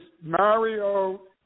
Mario